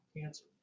cancer